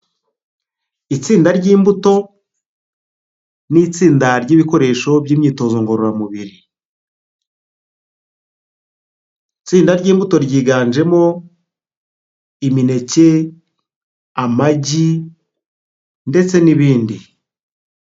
Itsinda ry'imbuto n'itsinda ry'ibikoresho by'imyitozo ngororamubiri. Itsinda ry'imbuto ryiganjemo imineke, amagi ndetse n'ibindi.